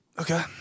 Okay